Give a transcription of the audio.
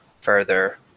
further